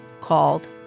called